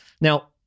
Now-